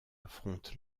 affronte